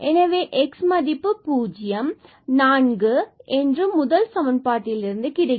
எனவே மதிப்பு பூஜ்யம் மற்றும் நான்கு என்று முதல் சமன்பாட்டில் இருந்து கிடைக்கிறது